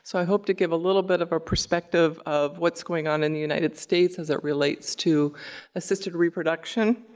so i hope to give a little bit of our perspective of what's going on in the united states as it relates to assisted reproduction.